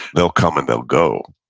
they'll come and they'll go.